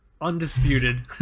undisputed